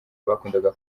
bakundaga